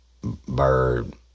Bird